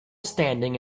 standing